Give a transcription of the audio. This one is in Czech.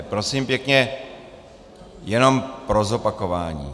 Prosím pěkně jenom pro zopakování.